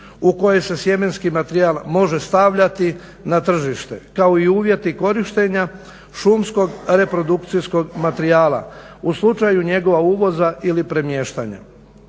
u koji se sjemenski materijal može stavljati na tržište, kao i uvjeti korištenja šumskog reprodukcijskog materijala u slučaju njegova uvoza ili premještanja.